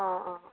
অঁ অঁ